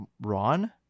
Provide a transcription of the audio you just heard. Ron